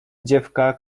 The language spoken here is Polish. dziewka